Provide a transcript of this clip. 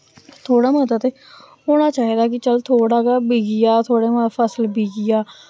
थोह्ड़ा मता ते होना चाहिदा कि चल थोह्ड़ा गै बिकी जाऽ थोह्ड़े मता फसल बिकी जा